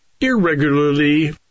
irregularly